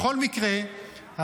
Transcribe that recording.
בכל מקרה,